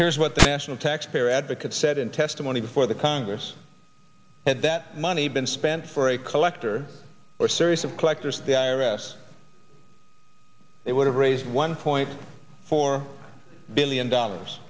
here's what the national taxpayer advocate said in testimony before the congress had that money been spent for a collector or series of collectors the i r s they would have raised one point four billion dollars